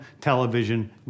television